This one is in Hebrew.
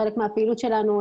חלק מהפעילות שלנו,